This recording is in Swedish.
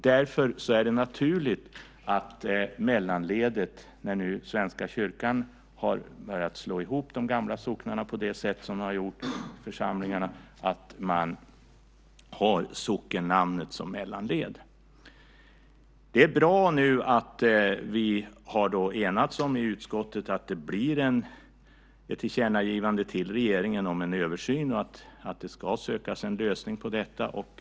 Därför är det naturligt, när nu Svenska kyrkan har börjat slå ihop de gamla socknarna och församlingarna på det sätt man gjort, att man har sockennamnet som mellanled. Det är bra att vi i utskottet nu har enats om ett tillkännagivande till regeringen om en översyn och att det ska sökas en lösning på detta.